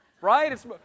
right